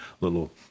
little